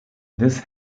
this